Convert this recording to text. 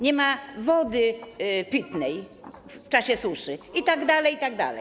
Nie ma wody pitnej w czasie suszy itd., itd.